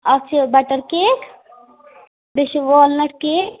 اکھ چھِ butter cake بیٚیہِ چھِ والنٹ کیک